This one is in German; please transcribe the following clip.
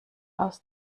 aus